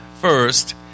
first